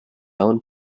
own